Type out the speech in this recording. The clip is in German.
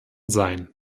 sein